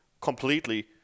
completely